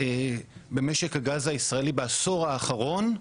במשק הגז הישראלי בעשור האחרון.